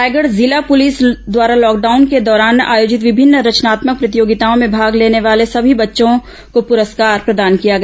रायगढ़ जिला पुलिस द्वारा लॉकडाउन के दौरान आयोजित विभिन्न रचनात्मक प्रतियोगिताओं में भाग लेने वाले सभी बच्चों को पुरस्कार प्रदान किया गया